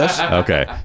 Okay